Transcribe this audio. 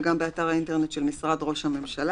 גם באתר האינטרנט של משרד ראש הממשלה,